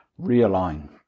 Realign